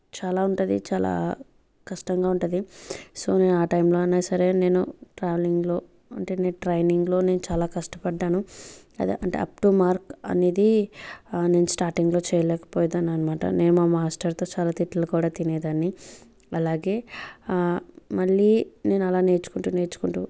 చాలా ఉంటుంది చాలా కష్టంగా ఉంటుంది సో నేను ఆ టైం లో అయినా సరే నేను ట్రావెలింగ్ లో అంటే నేను ట్రైనింగ్ లో నేను చాలా కష్టపడ్డాను అంటే అప్పుడు మార్క్ అనేది నేను స్టార్టింగ్ లో చేయలేకపోయేదాన్ని అనమాట నేను మాస్టర్ తో చాలా తిట్లు కూడా తినేదాన్ని అలాగే మళ్ళీ నేను అలా నేర్చుకుంటూ నేర్చుకుంటూ